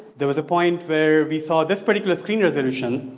there was a point where we saw this pretty close screen resolution,